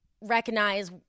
recognize